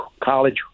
college